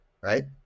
right